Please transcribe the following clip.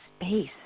space